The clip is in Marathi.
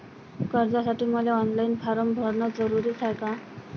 कर्जासाठी मले ऑनलाईन फारम भरन जरुरीच हाय का?